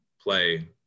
play